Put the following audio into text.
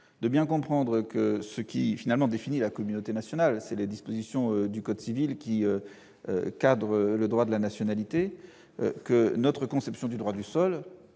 de bien le comprendre : ce qui définit la communauté nationale, ce sont les dispositions du code civil relatives au droit de la nationalité. Notre conception du droit du sol